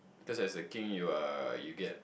because as a king you're you'll get